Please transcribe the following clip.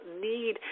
need